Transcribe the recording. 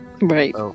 right